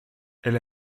elle